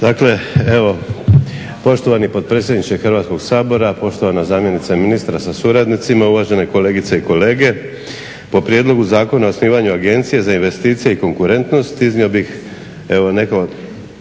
Damir (SDP)** Poštovani potpredsjedniče Hrvatskog sabora, poštovana zamjenice ministra sa suradnicima, uvažene kolegice i kolege. O Prijedlogu zakona o osnivanju Agencije za investicije i konkurentnost iznio bih sljedeće